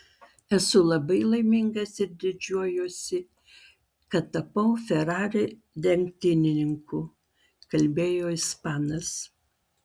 esu labai laimingas ir didžiuojuosi kad tapau ferrari lenktynininku kalbėjo ispanas